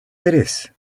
tres